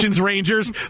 Rangers